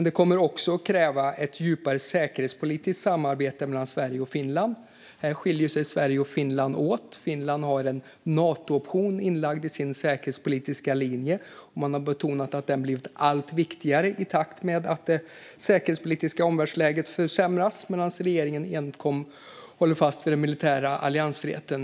Det kommer också att krävas ett djupare säkerhetspolitiskt samarbete mellan Sverige och Finland. Här skiljer sig Sverige och Finland åt. Finland har en Natooption inlagd i sin säkerhetspolitiska linje och har betonat att detta blivit allt viktigare i takt med att det säkerhetspolitiska omvärldsläget försämrats, medan den svenska regeringen enkom håller fast vid den militära alliansfriheten.